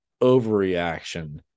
overreaction